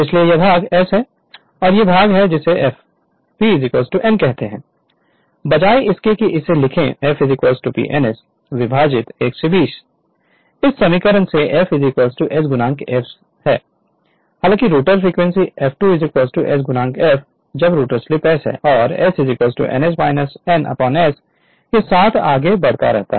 इसलिए यह भाग s है और यह भाग है जिसे f p n कहते हैं बजाय इसके कि इसे लिखें f P ns विभाजित 120 इस समीकरण से F s f से हैं हालांकि rotor frequency F2 s f जब रोटर स्लिप s और s ns n s के साथ आगे बढ़ रहा है